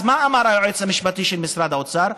אז מה אמר היועץ המשפטי של משרד האוצר?